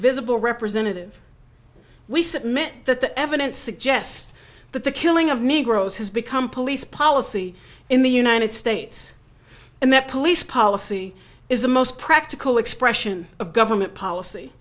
visible representative we submit that the evidence suggests that the killing of negroes has become police policy in the united states and that police policy is the most practical expression of government policy